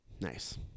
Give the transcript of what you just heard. Nice